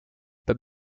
beim